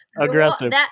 Aggressive